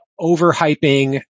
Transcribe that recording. overhyping